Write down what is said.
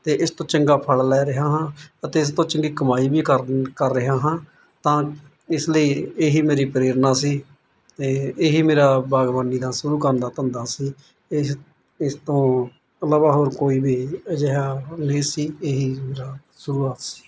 ਅਤੇ ਇਸ ਤੋਂ ਚੰਗਾ ਫਲ ਲੈ ਰਿਹਾ ਹਾਂ ਅਤੇ ਇਸ ਤੋਂ ਚੰਗੀ ਕਮਾਈ ਵੀ ਕਰ ਕਰ ਰਿਹਾ ਹਾਂ ਤਾਂ ਇਸ ਲਈ ਇਹ ਹੀ ਮੇਰੀ ਪ੍ਰੇਰਨਾ ਸੀ ਅਤੇ ਇਹ ਹੀ ਮੇਰਾ ਬਾਗਬਾਨੀ ਦਾ ਸ਼ੁਰੂ ਕਰਨ ਦਾ ਧੰਦਾ ਸੀ ਇਸ ਇਸ ਤੋਂ ਇਲਾਵਾ ਹੋਰ ਕੋਈ ਵੀ ਅਜਿਹਾ ਨਹੀਂ ਸੀ ਇਹ ਹੀ ਮੇਰਾ ਸ਼ੁਰੂਆਤ ਸੀ